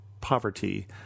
poverty